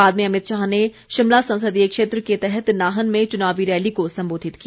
बाद में अमित शाह ने शिमला संसदीय क्षेत्र के तहत नाहन में चुनावी रैली को संबोधित किया